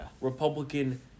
Republican